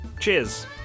cheers